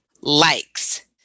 likes